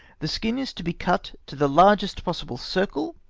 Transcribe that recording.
the skin is to be cut to the largest possible circle,